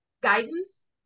guidance